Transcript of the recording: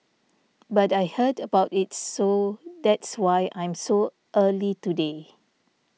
but I heard about it so that's why I'm so early today